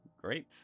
Great